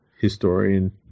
historian